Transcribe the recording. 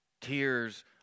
Tears